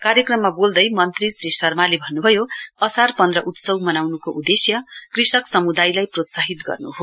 कार्यक्रममा बोल्दै मन्त्री श्री शर्माले भन्नुभयो असार पन्ध्र उत्सवमनाउनुको उदेश्य कृषक समुदायलाई प्रोत्साहित गर्नु हो